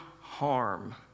harm